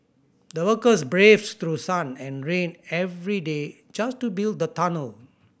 the workers braved through sun and rain every day just to build the tunnel